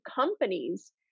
companies